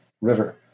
River